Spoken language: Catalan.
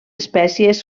espècies